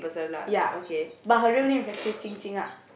ya but her real name is actually Qing Qing ah